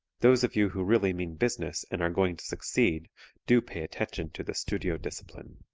those of you who really mean business and are going to succeed do pay attention to the studio discipline,